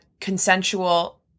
consensual